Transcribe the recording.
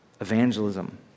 evangelism